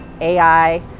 AI